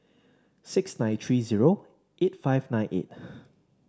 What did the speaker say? six nine three zero eight five nine eight